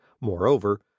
Moreover